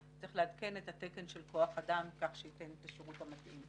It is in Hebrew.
צריך לעדכן את התקן של כוח אדם כך שייתן את השירות המתאים.